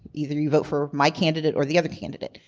either you vote for my candidate, or the other candidate.